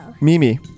Mimi